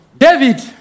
David